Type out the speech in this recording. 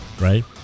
right